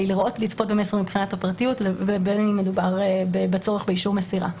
לצפות במסר מבחינת הפרטיות ובין אם מדובר בצורך באישור מסירה.